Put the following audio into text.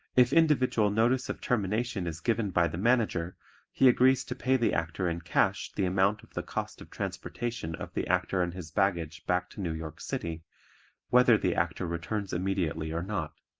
if individual notice of termination is given by the manager he agrees to pay the actor in cash the amount of the cost of transportation of the actor and his baggage back to new york city whether the actor returns immediately or not.